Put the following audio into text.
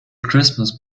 christmas